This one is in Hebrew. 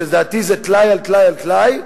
שזה טלאי על טלאי על טלאי,